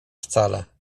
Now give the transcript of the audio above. wcale